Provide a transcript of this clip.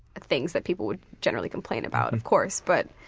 things that people would generally complain about, of course, but